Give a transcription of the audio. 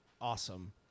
Awesome